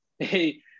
hey